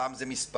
פעם זה מספר,